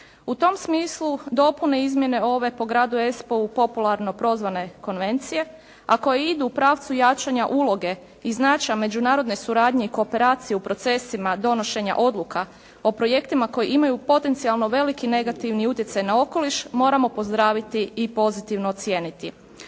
U tom smislu dopune i izmjene ove po gradu Espou popularno prozvane konvencije, a koje idu u pravcu jačanja uloge i značaja međunarodne suradnje i kooperacije u procesima donošenja odluka o projektima koji imaju potencijalno veliki negativni utjecaj na okoliš moramo pozdraviti i pozitivno ocijeniti.